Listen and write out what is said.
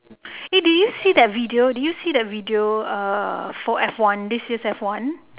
eh did you see that video did you see that video uh for F one this year's F one